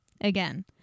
Again